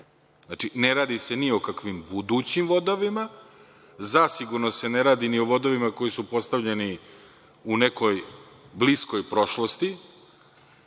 Znači, ne radi se ni o kakvim budućim vodovima, zasigurno se ne radi ni o vodovima koji su postavljeni u nekoj bliskoj prošlosti.